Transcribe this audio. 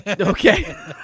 Okay